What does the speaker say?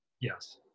Yes